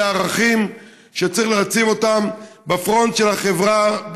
ערכים שצריך להציג אותם בפרונט של החברה,